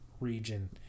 region